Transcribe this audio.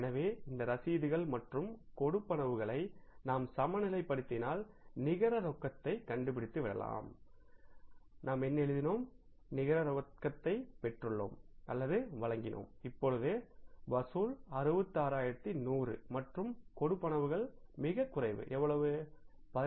எனவே இந்த ரசீதுகள் மற்றும் செலுத்துதல்கள் களை நாம் சமநிலைப்படுத்தினால் நிகர ரொக்கத்தை கண்டுபிடித்துவிடலாம் நாம் என்ன எழுதினோம் நிகர ரொக்கத்தை பெற்றுள்ளோம் வழங்கினோம் இப்போது வசூல் 66100 மற்றும் செலுத்துதல்கள் மிகக் குறைவுஎவ்வளவு 15500